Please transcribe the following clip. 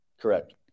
correct